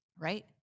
right